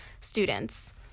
students